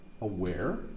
aware